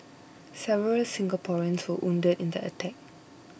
several Singaporeans were wounded in the attack